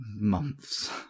months